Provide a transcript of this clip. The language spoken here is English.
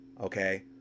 Okay